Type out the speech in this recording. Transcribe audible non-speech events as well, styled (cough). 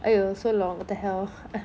!aiyo! so long what the hell (noise)